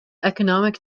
economic